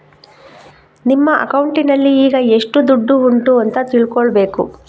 ನಿಮ್ಮ ಅಕೌಂಟಿನಲ್ಲಿ ಈಗ ಎಷ್ಟು ದುಡ್ಡು ಉಂಟು ಅಂತ ತಿಳ್ಕೊಳ್ಬೇಕು